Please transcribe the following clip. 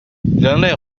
人类